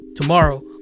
tomorrow